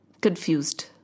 confused